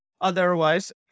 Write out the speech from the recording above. otherwise